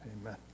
Amen